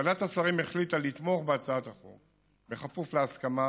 ועדת השרים החליטה לתמוך בהצעת החוק, בכפוף להסכמה